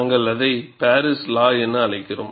நாங்கள் அதை பாரிஸ் லா என அழைக்கிறோம்